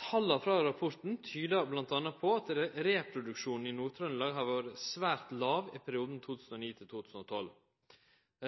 Tala frå rapporten tyder m.a. på at reproduksjonen i Nord-Trøndelag har vore svært låg i perioden 2009 til 2012.